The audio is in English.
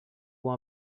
want